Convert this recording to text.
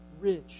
rich